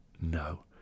No